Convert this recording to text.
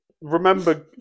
remember